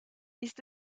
ist